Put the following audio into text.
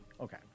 Okay